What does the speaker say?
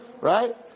Right